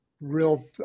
real